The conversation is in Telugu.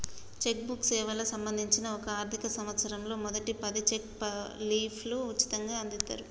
చెక్ బుక్ సేవలకు సంబంధించి ఒక ఆర్థిక సంవత్సరంలో మొదటి పది చెక్ లీఫ్లు ఉచితంగ అందిత్తరు